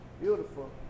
beautiful